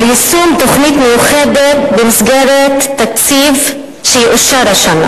יישום תוכנית מיוחדת במסגרת התקציב שיאושר השנה.